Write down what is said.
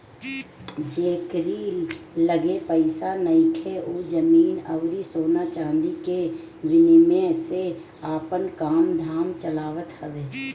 जेकरी लगे पईसा नइखे उ जमीन अउरी सोना चांदी के विनिमय से आपन काम धाम चलावत हवे